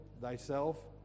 thyself